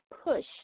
push